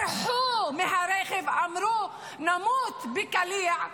ברחו מהרכב, אמרו: נמות מקליע,